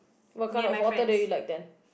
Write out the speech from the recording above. what kind of author do you like then